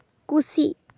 ᱠᱩᱥᱤ